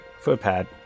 Footpad